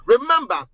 Remember